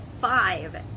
five